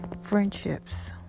friendships